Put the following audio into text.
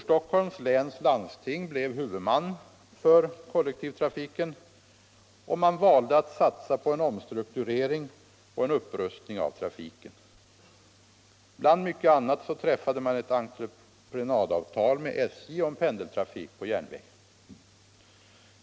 Stockholms läns landsting blev huvudman för kollektivtrafiken och man valde att satsa på en omstrukturering och en upprustning av trafiken. Bland mycket annat träffade man ett entreprenadavtal med SJ om pendeltrafik på järnväg.